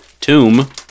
tomb